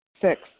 Six